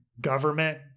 government